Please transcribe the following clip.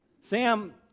Sam